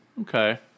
Okay